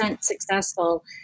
successful